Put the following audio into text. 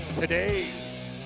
today